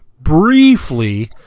briefly